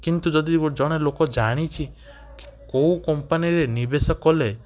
କିନ୍ତୁ ଯଦି ଜଣେ ଲୋକ ଜାଣିଛି କେଉଁ କମ୍ପାନୀରେ ନିବେଶ କଲେ